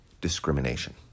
discrimination